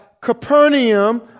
Capernaum